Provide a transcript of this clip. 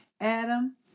Adam